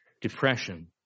depression